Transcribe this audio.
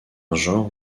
genre